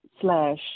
slash